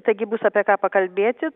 taigi bus apie ką pakalbėti